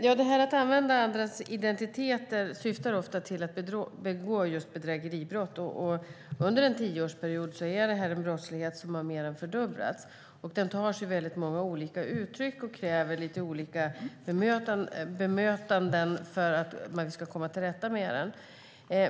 Fru talman! Att använda andras identiteter syftar ofta till att begå just bedrägeribrott. Detta är en brottslighet som har mer än fördubblats under en tioårsperiod. Den tar sig väldigt många olika uttryck och kräver lite olika bemötanden för att vi ska komma till rätta med den.